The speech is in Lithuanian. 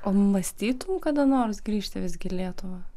o mąstytum kada nors grįžti visgi į lietuvą